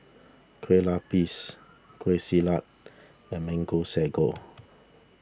Kueh Lapis Kueh Salat and Mango Sago